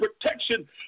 protection